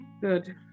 good